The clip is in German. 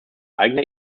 eigener